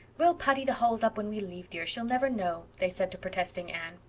we'll putty the holes up when we leave, dear she'll never know, they said to protesting anne.